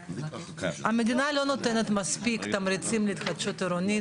המדינה לא נותנת מספיק תמריצים להתחדשות עירונית.